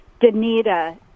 Danita